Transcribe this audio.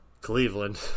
Cleveland